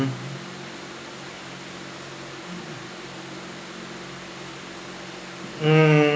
mm mm